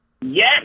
Yes